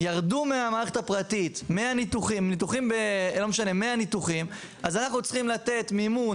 מהמערכת הפרטית 100 ניתוחים אז אנחנו צריכים לתת מימון